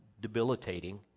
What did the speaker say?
debilitating